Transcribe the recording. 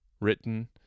written